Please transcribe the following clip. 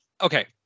Okay